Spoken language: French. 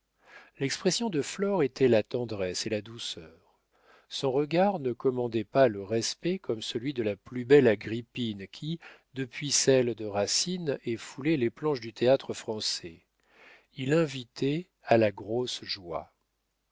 l'expression de flore était la tendresse et la douceur son regard ne commandait pas le respect comme celui de la plus belle agrippine qui depuis celle de racine ait foulé les planches du théâtre-français il invitait à la grosse joie